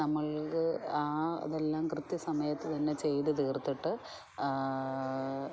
നമ്മൾക് ആ ഇതെല്ലാം കൃത്യ സമയത്ത് തന്നെ ചെയ്ത് തീർത്തിട്ട്